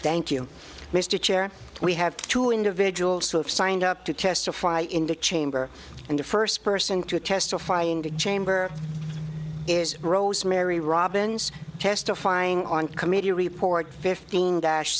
thank you mr chair we have two individuals who have signed up to testify in the chamber and the first person to testify in the chamber is rosemary robins testifying on committee report fifteen dash